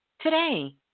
today